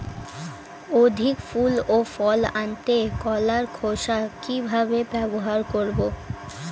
অধিক ফুল ও ফল আনতে কলার খোসা কিভাবে ব্যবহার করব?